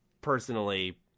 personally